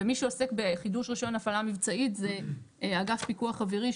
ומי שעוסק בחידוש רישיון הפעלה מבצעית זה אגף פיקוח אווירי,